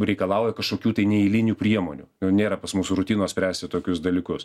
reikalauja kažkokių tai neeilinių priemonių jau nėra pas mus rutinos spręsti tokius dalykus